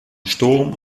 sturm